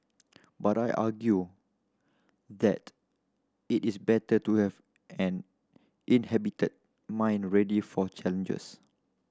but I argue that it is better to have an inhibited mind ready for challenges